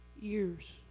years